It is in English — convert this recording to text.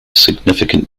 significant